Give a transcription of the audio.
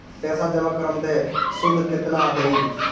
पैसा जमा करम त शुध कितना देही?